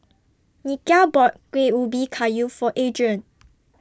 Nikia bought Kueh Ubi Kayu For Adrian